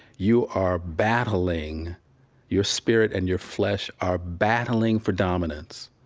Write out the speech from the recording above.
you are battling your spirit and your flesh are battling for dominance,